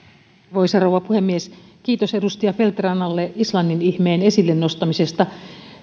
arvoisa rouva puhemies kiitos edustaja feldt rannalle islannin ihmeen esille nostamisesta